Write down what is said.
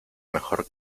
mejor